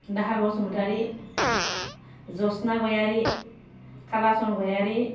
दाहाल बसुमतारि जसना गयारि खालासन गयारि